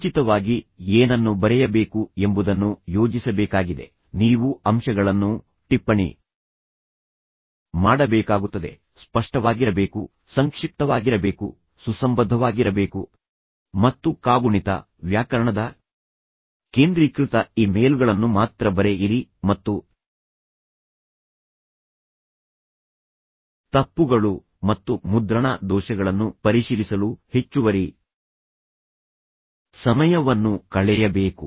ಮುಂಚಿತವಾಗಿ ಏನನ್ನು ಬರೆಯಬೇಕು ಎಂಬುದನ್ನು ಯೋಜಿಸಬೇಕಾಗಿದೆ ನೀವು ಅಂಶಗಳನ್ನು ಟಿಪ್ಪಣಿ ಮಾಡಬೇಕಾಗುತ್ತದೆ ಸ್ಪಷ್ಟವಾಗಿರಬೇಕು ಸಂಕ್ಷಿಪ್ತವಾಗಿರಬೇಕು ಸುಸಂಬದ್ಧವಾಗಿರಬೇಕು ಮತ್ತು ಕಾಗುಣಿತ ವ್ಯಾಕರಣದ ಕೇಂದ್ರೀಕೃತ ಇಮೇಲ್ಗಳನ್ನು ಮಾತ್ರ ಬರೆಯಿರಿ ಮತ್ತು ತಪ್ಪುಗಳು ಮತ್ತು ಮುದ್ರಣ ದೋಷಗಳನ್ನು ಪರಿಶೀಲಿಸಲು ಹೆಚ್ಚುವರಿ ಸಮಯವನ್ನು ಕಳೆಯಬೇಕು